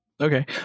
okay